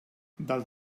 del